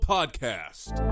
Podcast